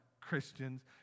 Christians